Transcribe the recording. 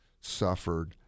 suffered